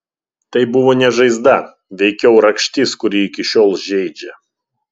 tai buvo ne žaizda veikiau rakštis kuri iki šiol žeidžia